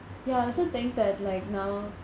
ya I also think that like now